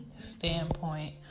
standpoint